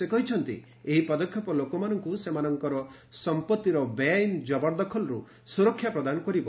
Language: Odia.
ସେ କହିଛନ୍ତି ଏହି ପଦକ୍ଷେପ ଲୋକମାନଙ୍କୁ ସେମାନଙ୍କ ସମ୍ପଭିର ବେଆଇନ୍ ଜବରଦଖଲରୁ ସୁରକ୍ଷା ପ୍ରଦାନ କରିବ